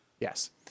Yes